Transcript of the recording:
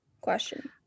Question